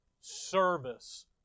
service